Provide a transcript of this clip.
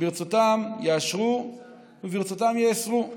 ברצותם יאשרו וברצותם יאסרו.